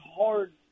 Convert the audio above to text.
hard